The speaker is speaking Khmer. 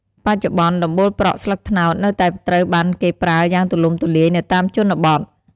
បច្ចុប្បន្ន ដំបូលប្រក់ស្លឹកត្នោតនៅតែត្រូវបានគេប្រើយ៉ាងទូលំទូលាយនៅតាមជនបទ។